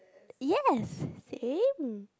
yes same